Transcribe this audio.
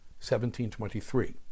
1723